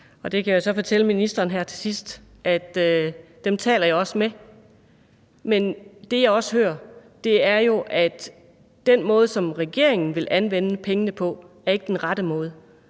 Der kan jeg jo så fortælle ministeren her til sidst, at dem taler jeg også med. Men det, jeg jo også hører, er, at den måde, som regeringen vil anvende pengene på, ikke er den rette måde.